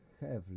heavily